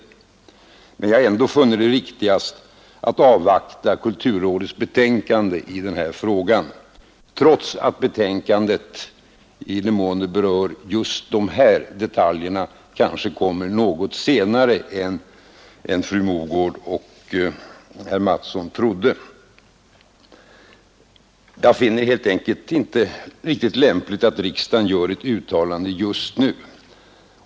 Jag har emellertid ändå funnit det riktigast att avvakta kulturrådets betänkande i denna fråga, trots att betänkandet om just dessa detaljer kanske kommer något senare än fru Mogård och herr Mattsson antar. Jag finner det helt enkelt inte riktigt lämpligt att riksdagen gör ett uttalande just nu.